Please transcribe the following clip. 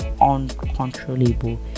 uncontrollable